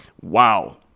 Wow